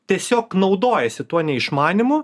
tiesiog naudojasi tuo neišmanymu